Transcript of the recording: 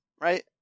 right